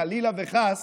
חלילה וחס,